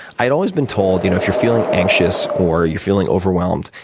i had always been told you know if you're feeling anxious or or you're feeling overwhelmed,